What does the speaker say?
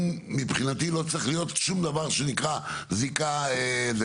מבחינתי לא צריך להיות שום דבר שנקרא זיקה לישראל